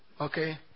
okay